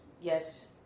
yes